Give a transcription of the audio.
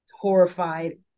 horrified